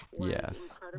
Yes